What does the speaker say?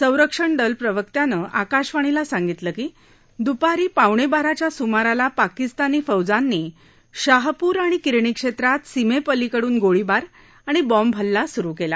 संरक्षण दल प्रवक्त्यांनी आकाशवाणीला सांगितलं की दुपारी पावणे बाराच्या सुमारानं पाकिस्तानी फौजांनी शाहपूर आणि किरणी क्षेत्रात सीमेपलिकडून गोळीबार अणि बॉम्बहल्ला सुरु केला